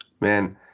Man